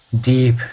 deep